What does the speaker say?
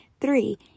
Three